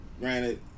Granted